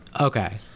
Okay